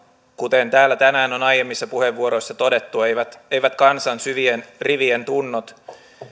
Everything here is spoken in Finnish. kuten täällä tänään on aiemmissa puheenvuoroissa todettu eivät eivät kansan syvien rivien tunnot